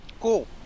Cool